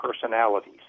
personalities